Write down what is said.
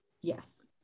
Yes